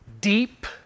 deep